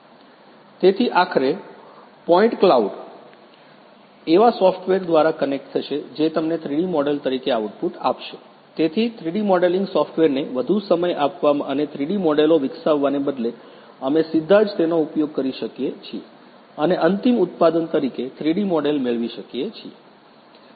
તેથી આખરે point cloud એવા સોફ્ટવેર દ્વારા કનેક્ટ થશે જે તમને 3D મોડેલ તરીકે આઉટપુટ આપશે તેથી 3ડી મોડેલિંગ સોફટવેરને વધુ સમય આપવા અને 3ડી મોડેલો વિકસાવવાને બદલે અમે સીધા જ તેનો ઉપયોગ કરી શકીએ છીએ અને અંતિમ ઉત્પાદન તરીકે 3D મોડેલ મેળવી શકીએ છીએ